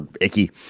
icky